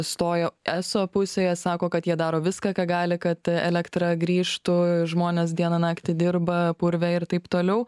stojo eso pusėje sako kad jie daro viską ką gali kad elektra grįžtų žmonės dieną naktį dirba purve ir taip toliau